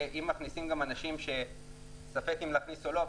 כשאם מכניסים גם אנשים שספק אם להכניס או לא,